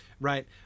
right